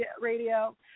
radio